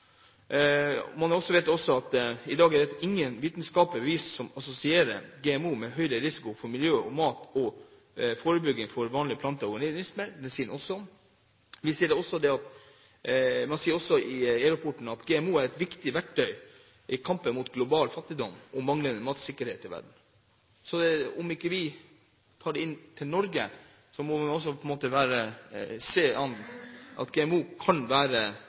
Man vet også at i dag er det ingen vitenskapelige bevis som assosierer GMO med høyere risiko for miljøet eller mat- og fôrtrygghet enn for vanlige planter og organismer. Det sier den også noe om. Man sier også i EU-rapporten at GMO er et viktig verktøy i kampen mot global fattigdom og manglende matsikkerhet i verden. Om ikke vi tar dette inn til Norge, må vi også se på at GMO kan være